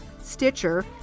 Stitcher